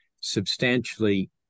substantially